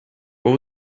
what